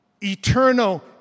eternal